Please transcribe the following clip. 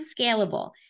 scalable